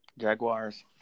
Jaguars